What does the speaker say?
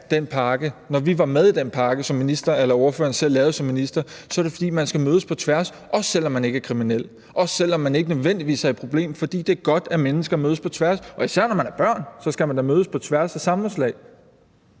og var med i den pakke, som ordføreren selv lavede som minister, er det, fordi man skal mødes på tværs, også selv om man ikke er kriminel, også selv om man ikke nødvendigvis er et problem, fordi det er godt, at mennesker mødes på tværs. Og især når man er børn, skal man da mødes på tværs af samfundslag.